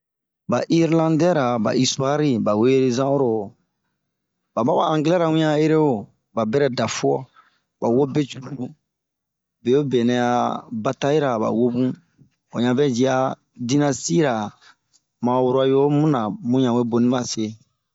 Ba Irlandɛra ,ba istuari ba i zan oro, ba ma angilɛra ŋiannh a de'ere wo, ba berɛ da fuo ba wo be cururu ,beobe nɛ a batayira ba wobun. Oɲan yi vɛ diaa dinastiye ra ma rwayomu ra bun na we boni ba se.